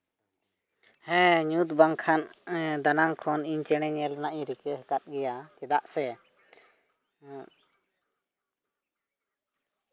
ᱦᱮᱸ ᱧᱩᱛ ᱵᱟᱝᱠᱷᱟᱱ ᱫᱟᱱᱟᱝ ᱠᱷᱚᱱ ᱤᱧ ᱪᱮᱬᱮ ᱧᱮᱞ ᱨᱮᱱᱟᱜ ᱤᱧ ᱨᱤᱠᱟᱹ ᱟᱠᱟᱫ ᱜᱮᱭᱟ ᱪᱮᱫᱟᱜ ᱥᱮ